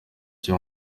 cyo